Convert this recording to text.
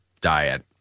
diet